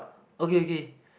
okay okay